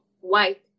white